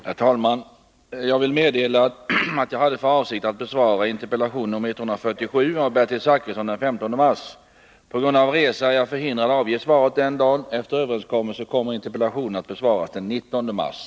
Herr talman! Jag vill meddela att jag hade för avsikt att den 15 mars besvara interpellation nr 147 av Bertil Zachrisson. På grund av resa är jag förhindrad att avge svaret den dagen. Efter överenskommelse kommer interpellationen att besvaras den 19 mars.